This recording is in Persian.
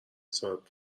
صاحب